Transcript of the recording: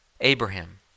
Abraham